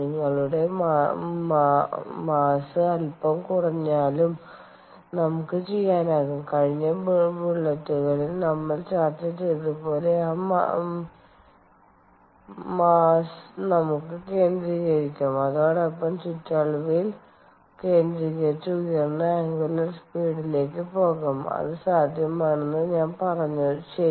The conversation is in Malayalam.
നിങ്ങളുടെ മാസ്സ് അൽപ്പം കുറഞ്ഞാലും നമുക്ക് ചെയ്യാനാവും കഴിഞ്ഞ ബുള്ളറ്റുകളിൽ നമ്മൾ ചർച്ച ചെയ്തതുപോലെ ആ മെസ്സനെ നമുക്ക് കേന്ദ്രീകരിക്കാം അതോടൊപ്പം ചുറ്റളവിൽ കേന്ദ്രീകരിച്ച് ഉയർന്ന അംഗുലർ സ്പീഡ് യിലേക്ക് പോകാം അത് സാധ്യമാണെന്ന് ഞാൻ പറഞ്ഞു ശരി